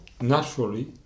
naturally